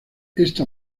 esta